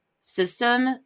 system